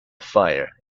fire